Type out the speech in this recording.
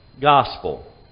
gospel